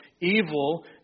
evil